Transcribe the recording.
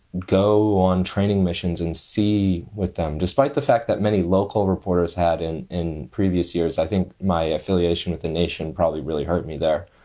go on training missions and see with them, despite the fact that many local reporters had in in previous years. i think my affiliation with the nation probably really hurt me there.